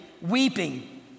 weeping